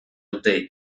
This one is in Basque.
dute